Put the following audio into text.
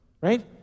right